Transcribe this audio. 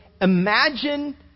imagine